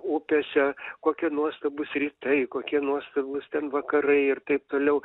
upėse kokie nuostabūs rytai kokie nuostabūs ten vakarai ir taip toliau